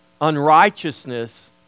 unrighteousness